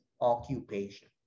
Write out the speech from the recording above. occupation